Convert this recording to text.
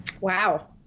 Wow